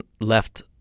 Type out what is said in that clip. left